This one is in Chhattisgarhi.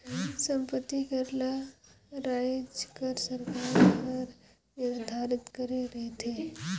संपत्ति कर ल राएज कर सरकार हर निरधारित करे रहथे